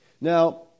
Now